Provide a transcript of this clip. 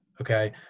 okay